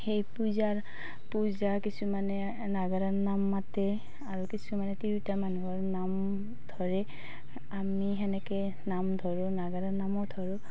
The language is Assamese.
সেই পূজাৰ পূজা কিছুমানে নাগাৰা নাম মাতে আৰু কিছুমানে তিৰোতা মানুহৰ নাম ধৰে আমি সেনেকৈ নাম ধৰোঁ নাগাৰা নামো ধৰোঁ